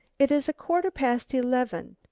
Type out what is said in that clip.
it is quarter past eleven!